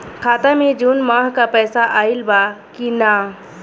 खाता मे जून माह क पैसा आईल बा की ना?